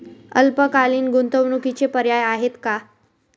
अल्पकालीन गुंतवणूकीचे पर्याय आहेत का?